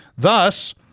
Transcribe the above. Thus